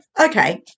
okay